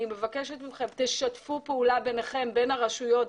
אני מבקשת מכם, תשתפו פעולה ביניכם, בין הרשויות.